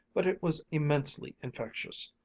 but it was immensely infectious,